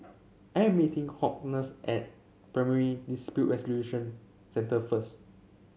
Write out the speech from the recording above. I am meeting Hortense at Primary Dispute Resolution Centre first